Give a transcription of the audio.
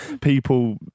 people